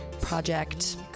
project